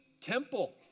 temple